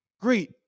great